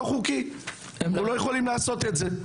לא יכולים לעשות את זה כי זה לא חוקי.